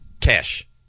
cash